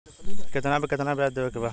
कितना पे कितना व्याज देवे के बा?